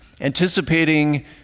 anticipating